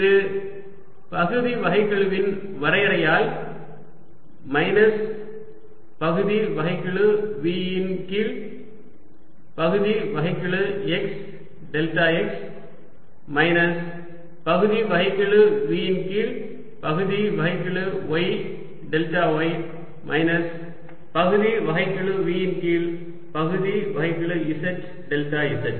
இது பகுதி வகைக்கெழுவின் வரையறையால் மைனஸ் பகுதி வகைக்கெழு V கீழ் பகுதி வகைக்கெழு x டெல்டா x மைனஸ் பகுதி வகைக்கெழு V கீழ் பகுதி வகைக்கெழு y டெல்டா y மைனஸ் பகுதி வகைக்கெழு V கீழ் பகுதி வகைக்கெழு z டெல்டா z